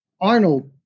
Arnold